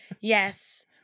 Yes